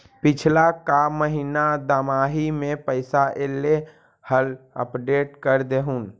पिछला का महिना दमाहि में पैसा ऐले हाल अपडेट कर देहुन?